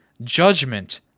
Judgment